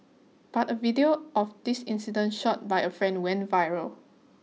but a video of this incident shot by a friend went viral